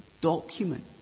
document